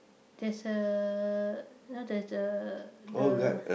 there's uh know there's the the